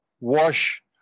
wash